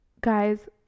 guys